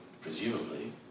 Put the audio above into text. presumably